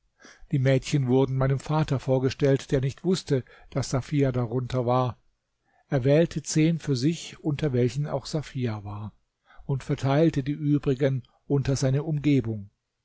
die mädchen wurden meinem vater vorgestellt der nicht wußte daß safia darunter war er wählte zehn für sich unter welchen auch safia war und verteilte die übrigen unter seine umgebung